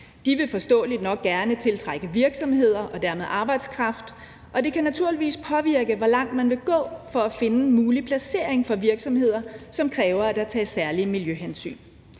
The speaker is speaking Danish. De vil forståeligt nok gerne tiltrække virksomheder og dermed arbejdskraft, og det kan naturligvis påvirke, hvor langt man vil gå for at finde en mulig placering for virksomheder, som kræver, at der tages særlige miljøhensyn.